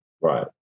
Right